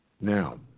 Now